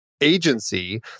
agency